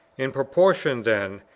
in proportion, then,